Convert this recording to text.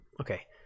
Okay